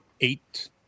eight